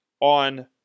on